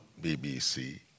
BBC